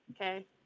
Okay